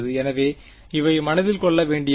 எனவே இவை மனதில் கொள்ள வேண்டியவை